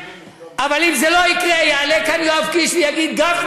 גם לילדים שהעירייה החליטה שלא לעשות אצלם יום חינוך ארוך,